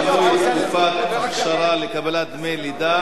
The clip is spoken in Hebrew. שינוי תקופת אכשרה לקבלת דמי לידה